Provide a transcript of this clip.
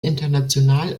international